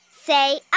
Say